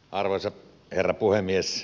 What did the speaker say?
arvoisa herra puhemies